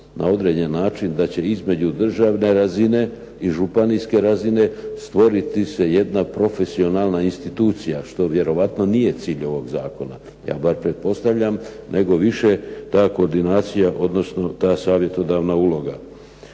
opasnost da će između državne razine i županijske razine stvoriti se jedna profesionalna institucija, što vjerojatno nije cilj ovog zakona. Ja bar pretpostavljam, nego više ta koordinacija, odnosno ta savjetodavna uloga.